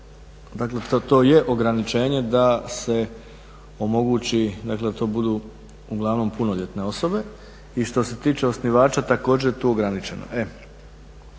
dakle to je ograničenje da se omogući, dakle da to budu uglavnom punoljetne osobe. I što se tiče osnivača također je tu ograničeno.